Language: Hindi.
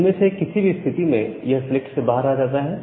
इनमें से किसी भी स्थिति में यह सिलेक्ट से बाहर आ जाता है